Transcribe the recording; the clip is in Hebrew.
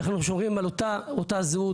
איך אנחנו שומרים על אותה זהות,